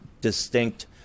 distinct